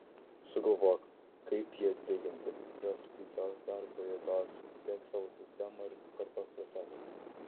sugalvok kaip jį atpiginti rask pigios darbo jėgos įdiek savo sistemą ir kartok procesą